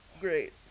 Great